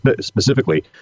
specifically